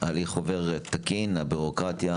עובר באופן תקין מול משרד הבריאות?